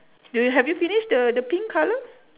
do you have you finished the pink colour